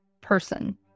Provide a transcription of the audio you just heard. person